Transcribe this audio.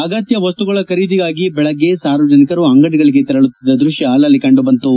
ಅಗತ್ಯ ವಸ್ತುಗಳ ಖರೀದಿಗಾಗಿ ಬೆಳಗ್ಗೆ ಸಾರ್ವಜನಿಕರು ಅಂಗಡಿಗಳಿಗೆ ತೆರಳುತ್ತಿದ್ದ ದೃಶ್ಯ ಅಲ್ಲಲ್ಲಿ ಕಂಡುಬಂತು